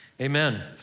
Amen